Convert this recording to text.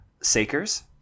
Sakers